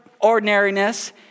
ordinariness